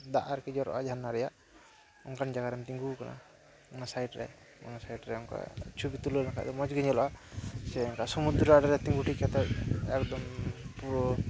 ᱫᱟᱜ ᱟᱨᱠᱤ ᱡᱚᱨᱚᱜᱼᱟ ᱡᱷᱟᱨᱱᱟ ᱨᱮᱭᱟᱜ ᱚᱱᱠᱟᱱ ᱡᱟᱭᱜᱟ ᱨᱮᱢ ᱛᱤᱸᱜᱩ ᱟᱠᱟᱱᱟ ᱚᱱᱟ ᱥᱟᱭᱤᱰ ᱨᱮ ᱚᱱᱟ ᱥᱟᱭᱤᱰ ᱨᱮ ᱚᱱᱠᱟ ᱪᱷᱚᱵᱤ ᱛᱩᱞᱟᱹᱣ ᱞᱮᱱᱠᱷᱟᱱ ᱫᱚ ᱢᱚᱡᱽ ᱜᱮ ᱧᱮᱞᱚᱜᱼᱟ ᱥᱮ ᱚᱱᱠᱟ ᱥᱚᱢᱩᱫᱨᱚ ᱟᱬᱮ ᱨᱮ ᱛᱤᱸᱜᱩ ᱴᱷᱤᱠ ᱠᱟᱛᱮᱫ ᱮᱠᱫᱚᱢ ᱯᱩᱨᱟᱹ